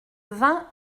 vingt